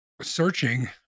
searching